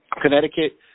Connecticut